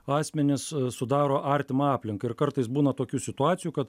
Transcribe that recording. asmenys sudaro artimą aplinką ir kartais būna tokių situacijų kad